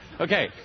Okay